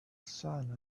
sun